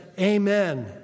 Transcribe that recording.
amen